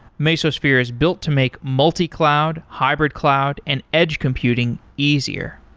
mesosphere is built to make multi-cloud, hybrid-cloud and edge computing easier.